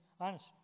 Honest